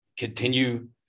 continue